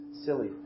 silly